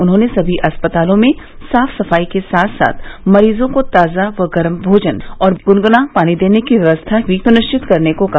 उन्होंने सभी अस्पतालों में साफ सफाई के साथ साथ मरीजों को ताजा व गरम भोजन और पीने के लिये गुनगुना पानी देने की व्यवस्था भी सुनिश्चित करने को कहा